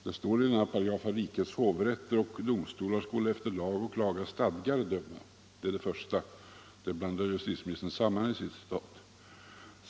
Det står i denna paragraf: ”Rikets hovrätter och alla andra domstolar skola efter lag och laga stadgar döma; —.” Det är det första. Det blandar justitieministern samman i sitt citat.